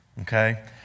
okay